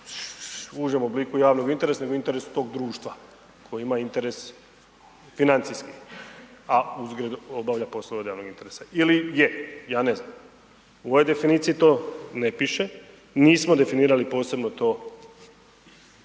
u užem obliku javnog interesa nego interesu tog društva koje ima interes financijski, a uzgred obavlja posao od javnog interesa ili je. Ja ne znam. U ovoj definiciji to ne piše, nismo definirali posebno to